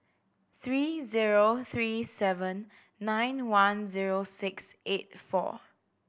three zero three seven nine one zero six eight four